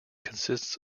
consists